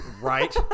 Right